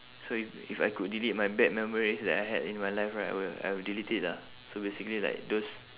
so if if I could delete my bad memories that I had in my life right I will I will delete it lah so basically like those